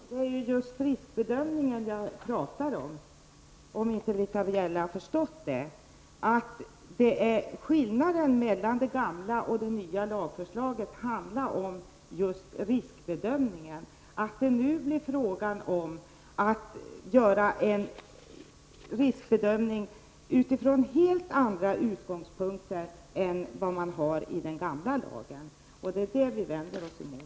Herr talman! Det är just riskbedömningen jag talar om, även om Britta Bjelle inte har förstått det. Skillnaden mellan den gamla lagen och det nya lagförslaget gäller riskbedömningen, Det blir nu fråga om att göra en riskbedömning från helt andra utgångspunkter än enligt den gamla lagen, och det är det som vi i vpk vänder oss mot,